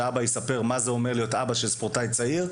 שאבא יספר מה זה אומר להיות אבא של ספורטאי צעיר.